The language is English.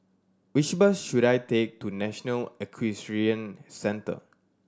which bus should I take to National Equestrian Centre